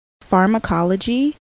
pharmacology